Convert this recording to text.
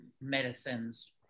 Medicines